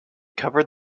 covered